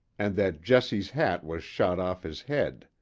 and that jesse's hat was shot off his head.